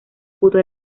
pudo